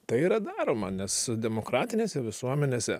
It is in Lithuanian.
tai yra daroma nes demokratinėse visuomenėse